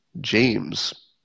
James